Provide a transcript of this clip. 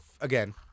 again